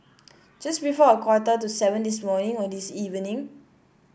just before a quarter to seven this morning or this evening